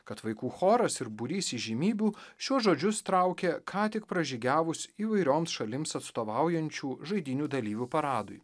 kad vaikų choras ir būrys įžymybių šiuos žodžius traukė ką tik pražygiavus įvairioms šalims atstovaujančių žaidynių dalyvių paradui